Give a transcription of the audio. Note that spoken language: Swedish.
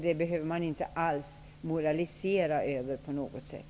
Det behöver man inte alls moralisera över på något sätt.